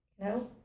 No